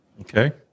Okay